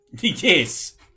Yes